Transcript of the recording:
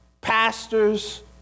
pastors